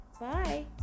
Bye